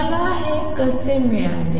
मला हे कसे मिळाले